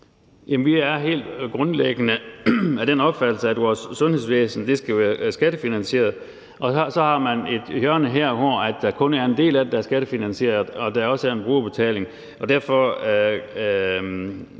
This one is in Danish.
vi er helt grundlæggende af den opfattelse, at vores sundhedsvæsen skal være skattefinansieret, og så har man et hjørne her, hvor der kun er en del af det, der er skattefinansieret, og hvor der også er en brugerbetaling.